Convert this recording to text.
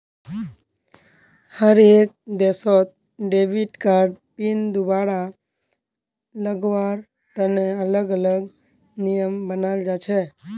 हर एक देशत debit card PIN दुबारा लगावार तने अलग अलग नियम बनाल जा छे